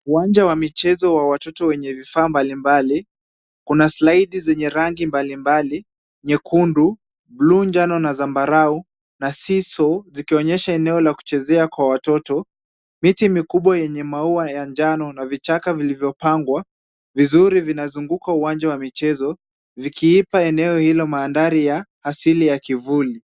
Uwanja wa michezo wa watoto wenye vifaa mbalimbali. Kuna slide zenye rangi mbalimbali; nyekundu, buluu, njano na zambarau na sea saw zikionyesha eneo la kuchezea kwa watoto. Miti mikubwa yenye maua ya njano na vichaka vilivyopangwa vizuri vinazunguka uwanja wa michezo vikiipa eneo hilo mandhari ya asili ya kivuli.